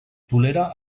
tolera